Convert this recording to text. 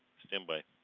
stand by.